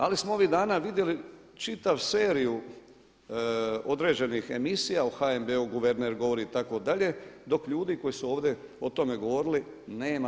Ali smo ovih dana vidjeli čitavu seriju određenih emisija o HNB-u guverner govori itd., dok ljudi koji su ovdje o tome govorili nema.